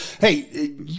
Hey